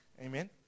Amen